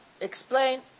explain